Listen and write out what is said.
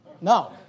No